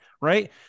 Right